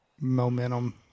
momentum